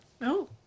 No